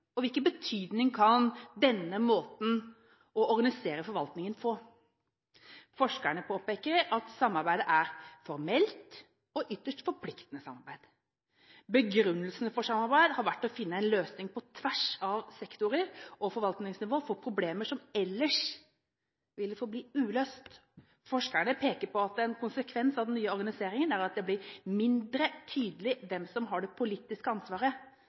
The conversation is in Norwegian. og hvilken betydning kan denne måten å organisere forvaltningen på få? Forskerne påpeker at samarbeidet er formelt og et ytterst forpliktende samarbeid. Begrunnelsene for samarbeid har vært å finne en løsning på tvers av sektorer og forvaltningsnivå for problemer som ellers ville forbli uløst. Forskerne peker på at en konsekvens av den nye organiseringen er at det blir mindre tydelig hvem som har det politiske ansvaret,